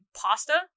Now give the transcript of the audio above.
pasta